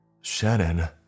Shannon